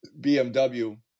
BMW